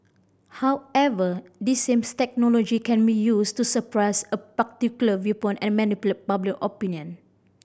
however this same technology can be used to suppress a particular viewpoint and manipulate public opinion